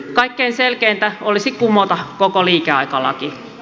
kaikkein selkeintä olisi kumota koko liikeaikalaki